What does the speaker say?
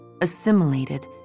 assimilated